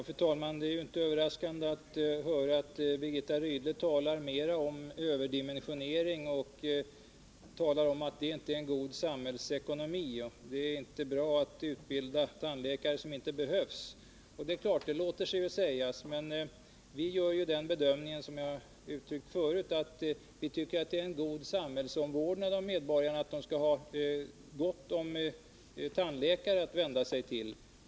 Fru talman! Det är inte överraskande att höra att Birgitta Rydle talar om överdimensionering och säger att det inte är någon god samhällsekonomi; det är inte bra att utbilda tandläkare som inte behövs. Det låter sig ju sägas. Vi gör som jag tidigare sagt bedömningen att det är god samhällsomvårdnad av medborgarna att de har gott om tandläkare att vända sig till.